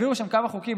העבירו שם כמה חוקים,